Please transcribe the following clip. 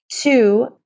Two